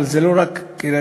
אבל זה לא רק קריית-שמונה.